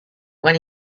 when